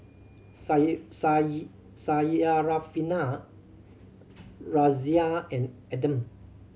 Syarafina Raisya and Adam